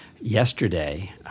Yesterday